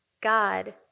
God